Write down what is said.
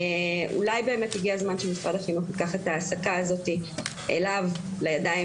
אולי באמת הגיע הזמן שמשרד החינוך ייקח את ההעסקה הזאת אליו לידיים